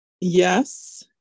Yes